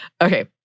okay